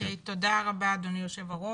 תודה רבה אדוני יושב הראש,